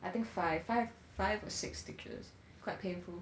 I think five five five or six stitches quite painful